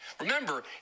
Remember